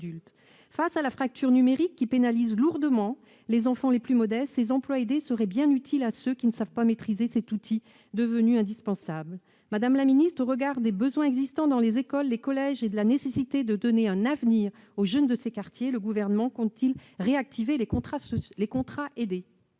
de la fracture numérique, qui pénalise lourdement les enfants des milieux modestes, les emplois aidés seraient bien utiles à ceux qui ne savent pas maîtriser un outil devenu indispensable. Étant donné les besoins existants dans les écoles et les collèges et la nécessité de donner un avenir aux jeunes de ces quartiers, le Gouvernement compte-t-il réactiver les contrats aidés ?